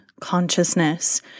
consciousness